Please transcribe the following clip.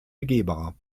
begehbar